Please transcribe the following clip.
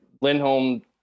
Lindholm